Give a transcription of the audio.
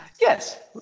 Yes